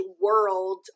world